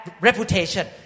reputation